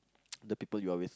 the people you are with